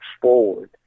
forward